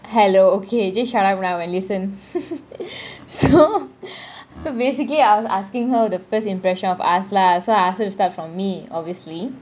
hello okay just shut up never mind and listen so so basically I was asking her the first impression of us lah so I ask her to start from me obviously